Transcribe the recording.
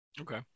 okay